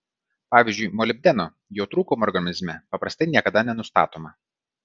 pavyzdžiui molibdeno jo trūkumo organizme paprastai niekada nenustatoma